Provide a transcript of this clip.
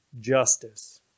justice